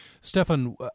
Stefan